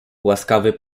łaskawy